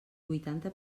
huitanta